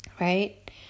Right